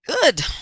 good